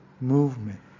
movement